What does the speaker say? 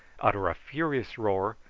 utter a furious roar,